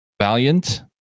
Valiant